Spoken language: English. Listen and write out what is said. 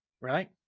right